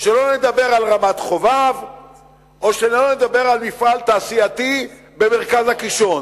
שלא לדבר על רמת-חובב או שלא לדבר על מפעל תעשייתי במרכז הקישון.